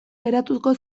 geratuko